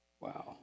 Wow